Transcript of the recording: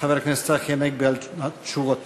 חבר הכנסת צחי הנגבי על תשובותיו,